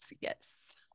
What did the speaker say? Yes